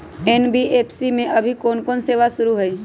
NBFC में अभी कोन कोन सेवा शुरु हई?